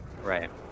Right